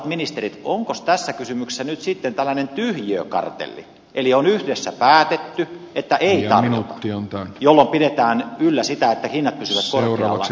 arvoisat ministerit onkos tässä kysymyksessä nyt sitten tällainen tyhjiökartelli eli onko yhdessä päätetty että ei tarvita jolloin pidetään yllä sitä että hinnat pysyvät korkealla